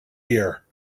here